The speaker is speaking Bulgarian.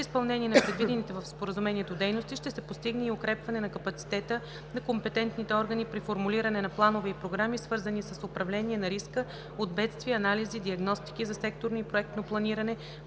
С изпълнение на предвидените в Споразумението дейности ще се постигне и укрепване на капацитета на компетентните органи при формулиране на планове и програми, свързани с управление на риска от бедствия, анализи, диагностики за секторно и проектно планиране,